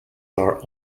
are